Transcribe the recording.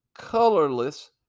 colorless